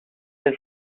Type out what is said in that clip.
his